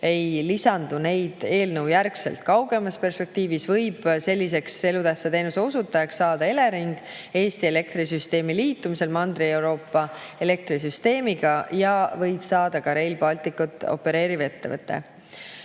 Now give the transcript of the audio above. ei lisandu neid eelnõujärgselt. Kaugemas perspektiivis võib selliseks elutähtsa teenuse osutajaks saada Elering Eesti elektrisüsteemi liitumisel Mandri-Euroopa elektrisüsteemiga ja võib saada ka Rail Balticut opereeriv ettevõte.